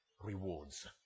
rewards